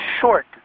short